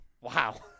Wow